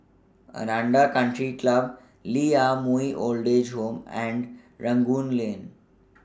Aranda Country Club Lee Ah Mooi Old Age Home and Rangoon Lane